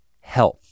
health